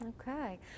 Okay